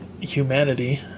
humanity